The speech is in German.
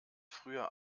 früher